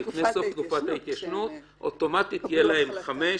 תקופת ההתיישנות לפני שהם יקבלו החלטה.